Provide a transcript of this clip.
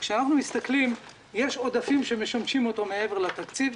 יש עודפים שמשמשים אותו מעבר לתקציב.